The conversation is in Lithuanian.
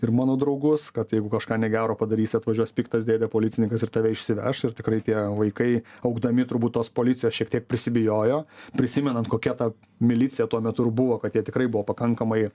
ir mano draugus kad jeigu kažką negero padarysi atvažiuos piktas dėdė policininkas ir tave išsiveš ir tikrai tie vaikai augdami turbūt tos policijos šiek tiek prisibijojo prisimenant kokia ta milicija tuo metu ir buvo kad jie tikrai buvo pakankamai